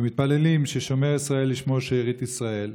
רפואה שלמה לפצועים ומתפללים ששומר ישראל ישמור שארית ישראל.